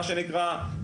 מה שנקרא,